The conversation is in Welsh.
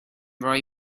roi